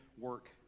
work